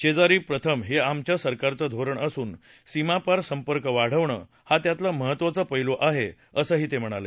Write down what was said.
शेजारी प्रथम हे आमच्या सरकारचं धोरण असून सीमापार संपर्क वाढवणं हा त्यातला महत्वाचा पद्मीआहे असं ते म्हणाले